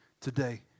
today